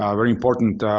um very important,